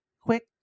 quick